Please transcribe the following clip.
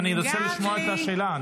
אני רוצה לשמוע את השאלה.